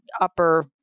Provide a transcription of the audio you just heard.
upper